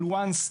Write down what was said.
אבל וואנס,